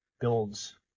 builds